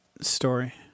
story